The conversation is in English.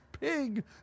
pig